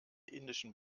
indischen